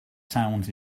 sounds